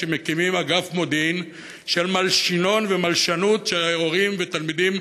שמקימים אגף מודיעין של מלשינון ומלשנות שהורים ותלמידים